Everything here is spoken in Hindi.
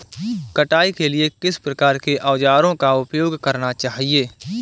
कटाई के लिए किस प्रकार के औज़ारों का उपयोग करना चाहिए?